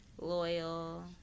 loyal